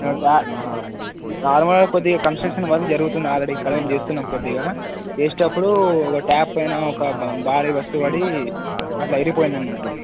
నా నార్మల్గా కొద్దిగా కన్స్ట్రక్షన్ వర్క్ జరుగుతుంది ఆల్రెడీ ఇక్కడ ఏమి చేస్తున్నాం కొద్దిగా చేసేటప్పుడు ఒక ట్యాప్ అయిన ఒక బారి వస్తువు పడి అట్లా ఇరిపోయింది అన్నట్టు